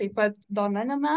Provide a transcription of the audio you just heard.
taip pat dona nina